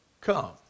come